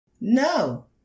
No